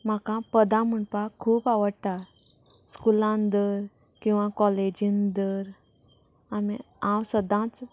म्हाका पदां म्हणपाक खूब आवडटा स्कुलांत धर किंवां काॅलेजींत धर आमी हांव सदांच